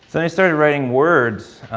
so i started writing words